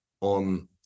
on